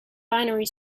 binary